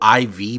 IV